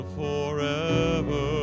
forever